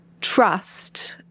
trust